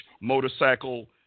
motorcycle